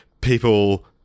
people